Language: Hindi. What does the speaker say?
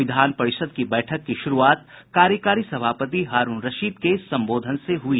विधानपरिषद की बैठक की शुरूआत कार्यकारी सभापति हारूण रशीद के संबोधन से हुई